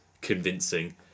convincing